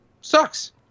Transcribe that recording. sucks